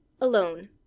alone